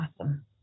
Awesome